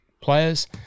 players